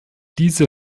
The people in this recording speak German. diese